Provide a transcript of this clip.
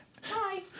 Hi